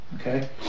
okay